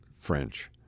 French